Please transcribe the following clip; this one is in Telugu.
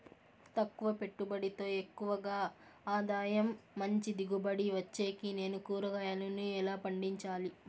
తక్కువ పెట్టుబడితో ఎక్కువగా ఆదాయం మంచి దిగుబడి ఇచ్చేకి నేను కూరగాయలను ఎలా పండించాలి?